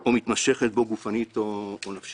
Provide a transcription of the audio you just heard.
או מתמשכת בו, גופנית או נפשית"